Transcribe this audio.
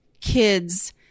kids